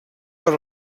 per